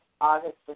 August